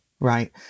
Right